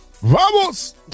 Vamos